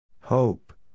Hope